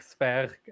Sperg